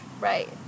Right